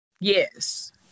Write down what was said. Yes